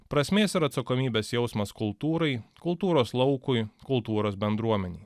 prasmės ir atsakomybės jausmas kultūrai kultūros laukui kultūros bendruomenei